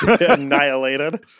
Annihilated